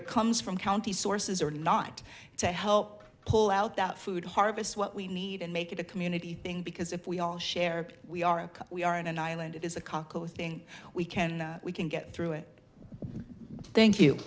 it comes from county sources or not to help pull out that food harvest what we need and make it a community thing because if we all share we are we are in an island it is a kako thing we can we can get through it thank you